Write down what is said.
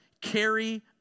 carry